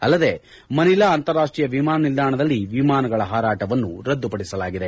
ಅಲ್ಲದೇ ಮನಿಲಾ ಅಂತಾರಾಷ್ಷೀಯ ವಿಮಾನ ನಿಲ್ದಾಣದಲ್ಲಿ ವಿಮಾನಗಳ ಹಾರಾಟವನ್ನು ರದ್ದುಪಡಿಸಲಾಗಿದೆ